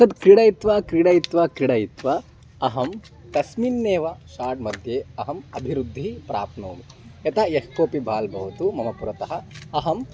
तद् क्रीडयित्वा क्रीडयित्वा क्रीडयित्वा अहं तस्मिन्नेव शाट्मध्ये अहम् अभिवृद्धिः प्राप्नोमि यदा यः कोऽपि बाल् भवतु मम पुरतः अहम्